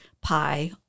pie